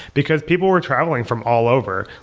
because people were traveling from all over.